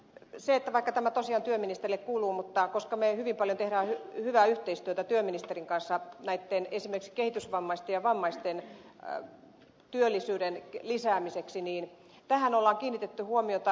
vaikka tämä tosiaan työministerille kuuluu mutta koska me hyvin paljon teemme hyvää yhteistyötä työministerin kanssa esimerkiksi kehitysvammaisten ja vammaisten työllisyyden lisäämiseksi niin tähän on kiinnitetty huomiota